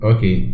Okay